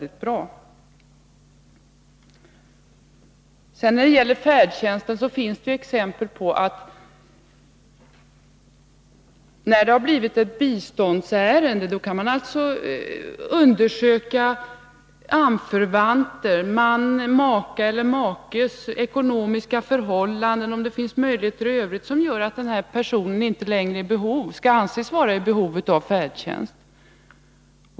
Då det sedan gäller färdtjänsten finns det exempel på att man i bidragsärenden undersöker makars och anförvanters ekonomiska förhållanden för att se om personen i fråga fortfarande kan anses vara i behov av färdtjänst.